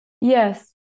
Yes